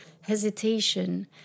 hesitation